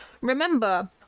remember